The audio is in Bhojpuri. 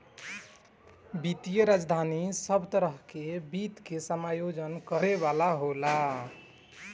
वित्तीय राजधानी सब तरह के वित्त के समायोजन करे वाला होला